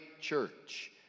church